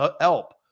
help